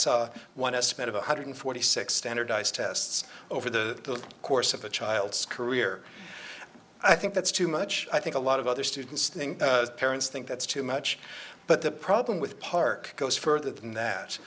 saw one estimate of one hundred forty six standardized tests over the course of a child's career i think that's too much i think a lot of other students think parents think that's too much but the problem with park goes further than that